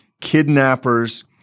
kidnappers